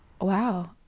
Wow